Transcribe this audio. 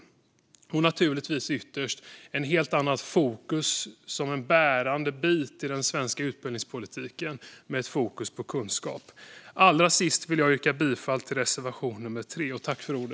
Ytterst behövs naturligtvis ett helt annat fokus som en bärande bit i den svenska utbildningspolitiken: ett fokus på kunskap. Allra sist vill jag yrka bifall till reservation nummer 3.